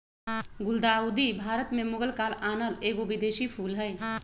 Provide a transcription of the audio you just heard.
गुलदाऊदी भारत में मुगल काल आनल एगो विदेशी फूल हइ